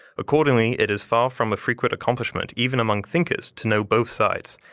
accordingly it is far from a frequent accomplishment, even among thinkers, to know both sides.